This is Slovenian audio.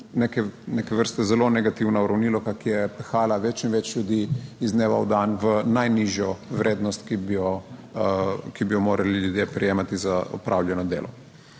neke vrste zelo negativna uravnilovka, ki je pehala več in več ljudi iz dneva v dan v najnižjo vrednost, ki bi jo morali ljudje prejemati za opravljeno delo.